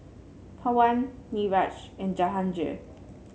Pawan Niraj and Jahangir